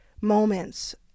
moments